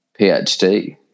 PhD